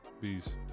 Bees